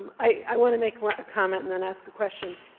i wanna make a comment and then ask a question.